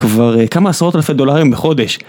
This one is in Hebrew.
כבר כמה עשרות אלפי דולרים בחודש.